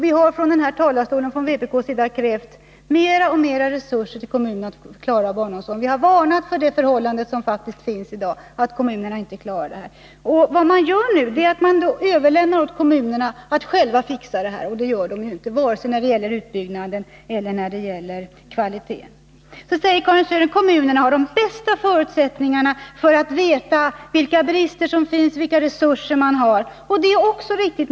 Vi har från vpk:s sida i denna talarstol krävt mer resurser till kommunerna för att klara barnomsorgen. Vi har varnat för det förhållande som nu faktiskt råder, dvs. att kommunerna inte klarar barnomsorgen. Vad man nu gör är att överlämna åt kommunerna att själva fixa detta, och det gör de inte, vare sig när det gäller utbyggnaden eller kvaliteten. Karin Söder säger vidare att kommunerna har de bästa förutsättningarna för att veta vilka brister som finns och vilka resurser man har, och det är också riktigt.